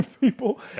people